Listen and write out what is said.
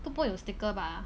都不会有 sticker 吧